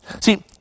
See